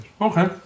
Okay